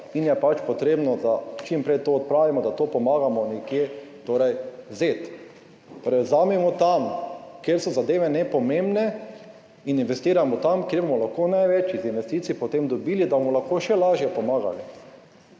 in je pač potrebno, da čim prej to odpravimo, da pomagamo nekje vzeti. Prevzamemo tam, kjer so zadeve nepomembne, in investiramo tam, kjer bomo lahko največ iz investicij potem dobili, da bomo lahko še lažje pomagali.